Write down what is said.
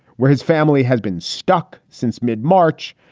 where his family has been stuck since mid-march.